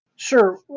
Sure